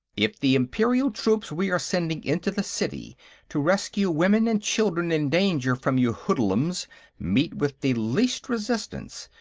if the imperial troops we are sending into the city to rescue women and children in danger from your hoodlums meet with the least resistance,